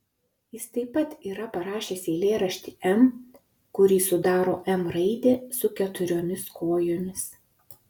jis taip pat yra parašęs eilėraštį m kurį sudaro m raidė su keturiomis kojomis